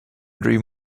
dream